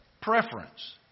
preference